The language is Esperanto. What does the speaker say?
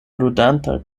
ludanta